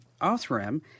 Othram